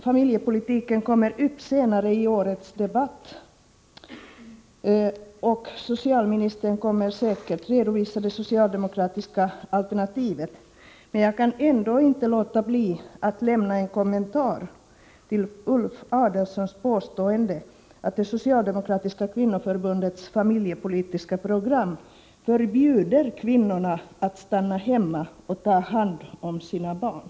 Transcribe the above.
Familjepolitiken kommer upp senare i årets debatt, och socialministern kommer säkert att redovisa det socialdemokratiska alternativet. Men jag kan ändå inte låta bli att göra en kommentar till Ulf Adelsohns påstående att det socialdemokratiska kvinnoförbundets politiska program förbjuder kvinnorna att stanna hemma och ta hand om sina barn.